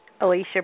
Alicia